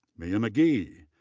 mia mcgee,